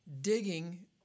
digging